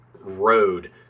road